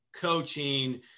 coaching